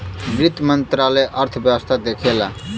वित्त मंत्रालय अर्थव्यवस्था देखला